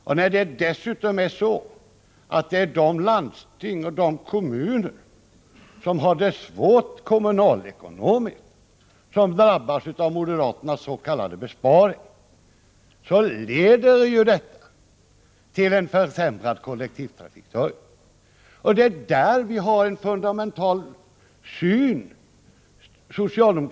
29 maj 1985 Dessutom är det de landsting och de kommuner som har det svårt kommunalekonomiskt som drabbas av moderaternas s.k. besparingar. Då Ersättning till lokal leder ju detta till en försämrad kollektivtrafikförsörjning. Det är där och regional socialdemokraternas och moderaternas syn fundamentalt skiljer sig.